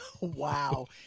Wow